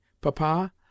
Papa